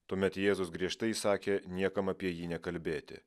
tuomet jėzus griežtai įsakė niekam apie jį nekalbėti